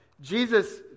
Jesus